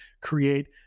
create